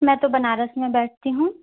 मैं तो बनारस में बैठती हूँ